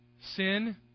Sin